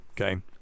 Okay